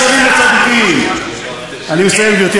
שמשתתפים ברצח חצי מיליון ערבים בסוריה,